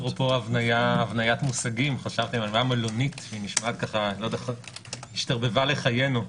אגב הבניית מושגים המילה מלונית השתרבבה לחיינו.